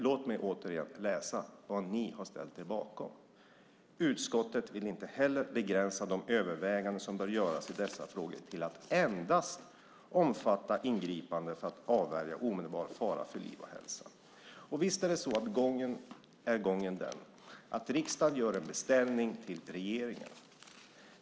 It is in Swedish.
Låt mig återigen läsa vad ni har ställt er bakom: "Utskottet vill inte heller begränsa de överväganden som bör göras i dessa frågor till att endast omfatta ingripanden för att avvärja omedelbar fara för liv och hälsa." Visst är gången den att riksdagen gör en beställning till regeringen.